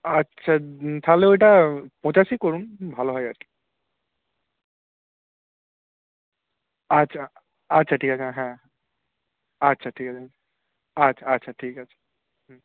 আচ্ছা তাহলে ওটা পঁচাশি করুন ভালো হয় আর কি আচ্ছা আচ্ছা ঠিক আছে হ্যাঁ আচ্ছা ঠিক আছে আচ্ছা আচ্ছা ঠিক আছে হুম